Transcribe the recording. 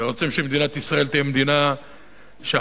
ורוצים שמדינת ישראל תהיה מדינה שעמים